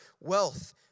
wealth